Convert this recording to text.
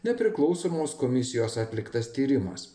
nepriklausomos komisijos atliktas tyrimas